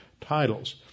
titles